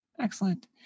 Excellent